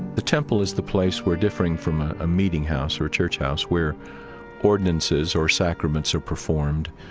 the temple is the place we're differing from a meeting house or a church house where ordinances or sacraments are performed,